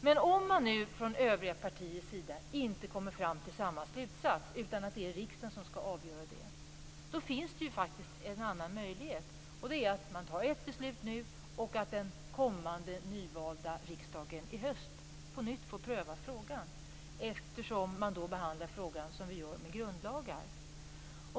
Men om man från övriga partiers sida inte kommer fram till samma slutsats utan menar att det är riksdagen som skall avgöra detta, finns det faktiskt en annan möjlighet, nämligen att ta ett beslut nu och att den kommande nyvalda riksdagen i höst på nytt får pröva frågan. Man skulle då behandla frågan på samma sätt som vi gör med grundlagar.